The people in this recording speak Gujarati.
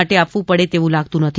માટે આપવું પડે તેવું લાગતું નથી